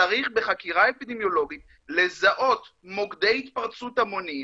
צריך בחקירה אפידמיולוגית לזהות מוקדי התפרצות המוניים,